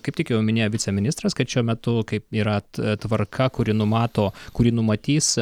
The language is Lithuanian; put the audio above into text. kaip tik jau minėjo viceministras kad šiuo metu kaip yra tvarka kuri numato kuri numatys